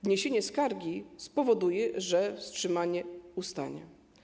Wniesienie skargi spowoduje, że wstrzymanie ustanie.